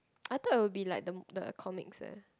I thought it will be like the the comics eh